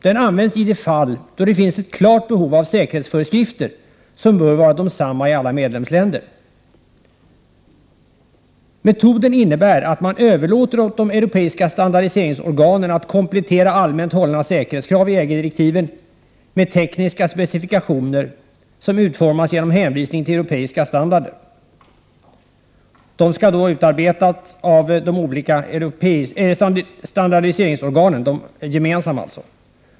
Den används i de fall då det finns ett klart behov av säkerhetsföreskrifter, som bör vara desamma i alla medlemsländer. Metoden innebär att man överlåter åt de europeiska standardiseringsorganen att komplettera allmänt hållna säkerhetskrav i EG-direktiven med tekniska specifikationer som utformas genom hänvisning till europeiska standarder. De skall utarbetas av de olika standardiseringsorganen gemensamt.